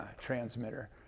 transmitter